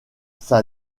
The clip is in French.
ça